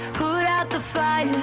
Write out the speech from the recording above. put out the fire,